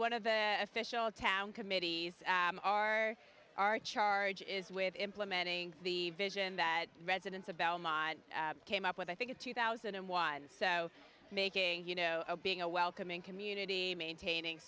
one of the official town committees are our charge is with implementing the vision that residents of belmont came up with i think in two thousand and one so making you know being a welcoming community maintaining